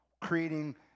creating